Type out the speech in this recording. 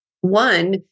one